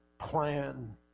plan